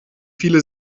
viele